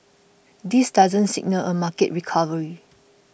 this doesn't signal a market recovery